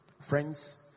Friends